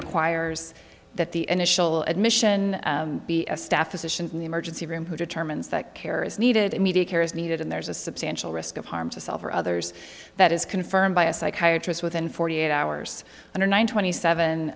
requires that the initial admission be a staff position in the emergency room who determines that care is needed immediate care is needed and there's a substantial risk of harm to self or others that is confirmed by a psychiatrist within forty eight hours under nine twenty seven